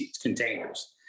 containers